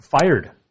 fired